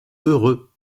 heureux